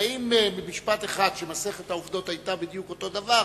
הרי אם במשפט אחד שמסכת העובדות בו היתה בדיוק אותו הדבר,